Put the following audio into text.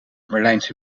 berlijnse